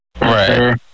right